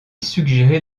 suggéré